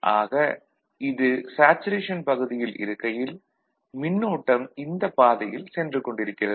ஆக இது சேச்சுரேஷன் பகுதியில் இருக்கையில் மின்னோட்டம் இந்த பாதையில் சென்றுக்கொண்டிருக்கிறது